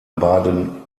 baden